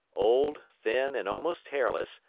old, thin, and almost hairless,